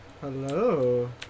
Hello